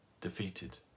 defeated